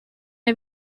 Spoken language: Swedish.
jag